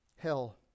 Hell